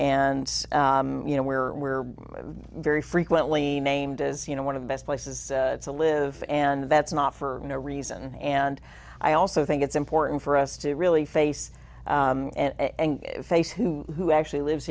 d you know we're we're very frequently named as you know one of the best places to live and that's not for a reason and i also think it's important for us to really face and face who actually lives